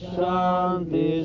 Shanti